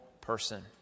person